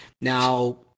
Now